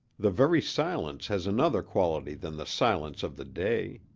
the very silence has another quality than the silence of the day.